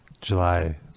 July